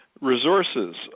resources